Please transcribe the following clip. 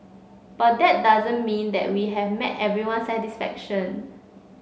but that doesn't mean that we have met everyone's satisfaction